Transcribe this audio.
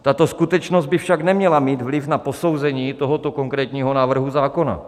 Tato skutečnost by však neměla mít vliv na posouzení tohoto konkrétního návrhu zákona.